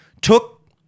took